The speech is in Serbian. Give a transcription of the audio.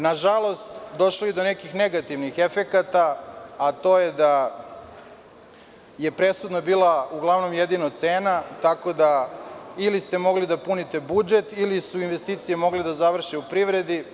Nažalost došlo je i do nekih negativnih efekata, a to je da je uglavnom jedina presudna bila cena, tako da ste ili mogli da punite budžet ili su investicije mogle da završe u privredi.